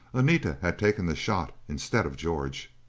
anita had taken the shot instead of george.